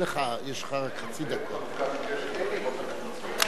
אני מקיים חלוקת קשב,